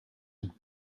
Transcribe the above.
het